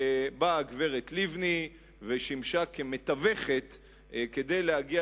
באה הגברת לבני ושימשה כמתווכת כדי להגיע